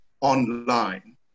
online